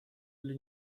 для